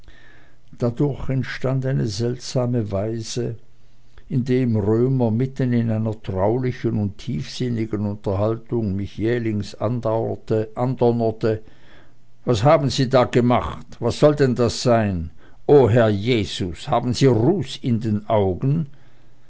dadurch entstand eine seltsame weise indem römer mitten in einer traulichen und tiefsinnigen unterhaltung mich jählings andonnerte was haben sie da gemacht was soll denn das sein o herr jesus haben sie ruß in den augen